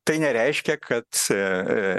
tai nereiškia kad